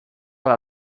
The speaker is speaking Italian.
alla